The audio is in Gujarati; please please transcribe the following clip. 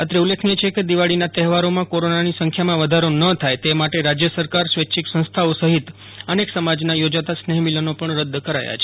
અત્રે ઉલ્લેખનીય છે કે દિવાળીના તહેવારોમાં કોરોનાની સંખ્યામાં વધારો ન થાય તે માટે રાજ્ય સરકાર સ્વૈચ્છિક સંસ્થાઓ સહિત અનેક સમાજના યોજાતા સ્નેહમિલન પણ રદ કરવામાં આવ્યા છે